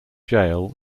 jail